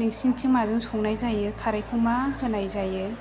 नोंसोरनिथिं माजों संनाय जायो खारैखौ मा होनाय जायो